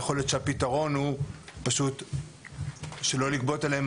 יכול להיות שהפתרון הוא פשוט לא לגבות עליהם